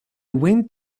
went